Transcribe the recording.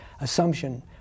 assumption